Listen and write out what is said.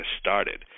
started